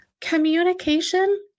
Communication